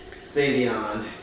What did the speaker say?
Savion